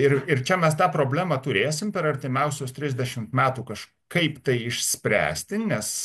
ir ir čia mes tą problemą turėsim per artimiausius trisdešimt metų kažkaip tai išspręsti nes